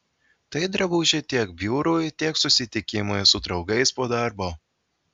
tai drabužiai tiek biurui tiek susitikimui su draugais po darbo